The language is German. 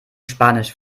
spanisch